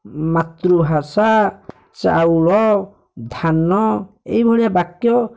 ମାତୃଭାଷା ଚାଉଳ ଧାନ ଏହି ଭଳିଆ ବାକ୍ୟ